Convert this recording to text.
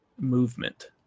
movement